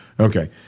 Okay